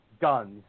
guns